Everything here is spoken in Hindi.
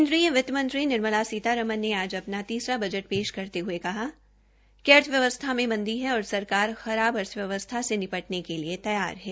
केन्द्रीय वित्तमंत्री निर्मला सीतारमन ने आज अपना तीसरा बजट पेश करते हये कहा कि अर्थव्यवस्था में मंदी है और सरकार खराब अर्थव्यवस्था से निपटने के लिए तैयार है